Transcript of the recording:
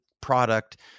product